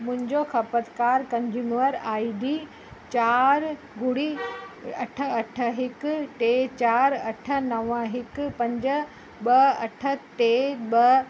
मुंहिंजो खपतकार consumer ID चारि ॿुड़ी अठ अठ हिकु टे चारि अठ नव हिकु पंज ॿ अठ टे ॿ